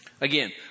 Again